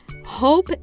Hope